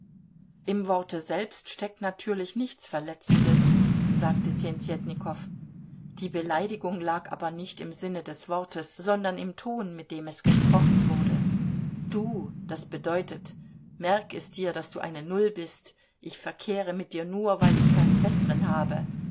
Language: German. im worte selbst steckt natürlich nichts verletzendes sagte tjentjetnikow die beleidigung lag aber nicht im sinne des wortes sondern im ton mit dem es gesprochen wurde du das bedeutet merk es dir daß du eine null bist ich verkehre mit dir nur weil ich keinen besseren habe